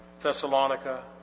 Thessalonica